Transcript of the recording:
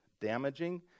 damaging